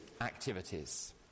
activities